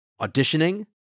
Auditioning